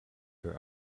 her